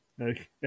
Okay